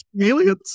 aliens